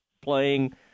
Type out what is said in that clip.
playing